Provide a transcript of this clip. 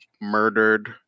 murdered